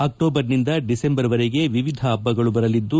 ಅಕ್ಟೋಬರ್ನಿಂದ ಡಿಸೆಂಬರ್ವರೆಗೆ ವಿವಿಧ ಹಬ್ಬಗಳು ಬರಲಿದ್ದು